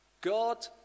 God